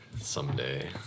Someday